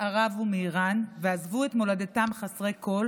ערב ומאיראן ועזבו את מולדתם חסרי כול